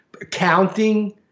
Accounting